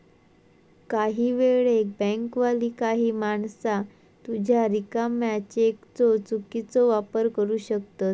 काही वेळेक बँकवाली काही माणसा तुझ्या रिकाम्या चेकचो चुकीचो वापर करू शकतत